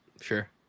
Sure